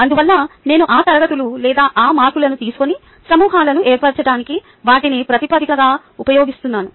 అందువల్ల నేను ఆ తరగతులు లేదా ఆ మార్కులను తీసుకొని సమూహాలను ఏర్పరచటానికి వాటిని ప్రాతిపదికగా ఉపయోగిస్తాను